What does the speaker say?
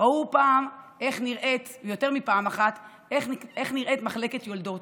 ראו פעם, יותר מפעם אחת, איך נראית מחלקת יולדות: